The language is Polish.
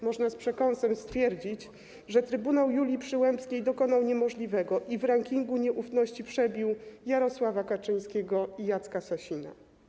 Można z przekąsem stwierdzić, że trybunał Julii Przyłębskiej dokonał niemożliwego i w rankingu nieufności przebił Jarosława Kaczyńskiego i Jacka Sasina.